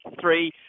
three